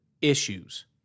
issues